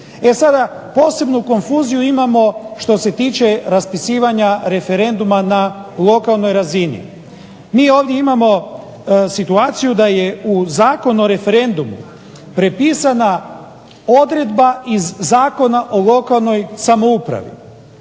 E sada, posebno konfuziju imamo što se tiče raspisivanja referenduma na lokalnoj razini. Mi ovdje imamo situaciju da je u Zakon o referendumu prepisana odredba iz Zakona o lokalnoj samoupravi.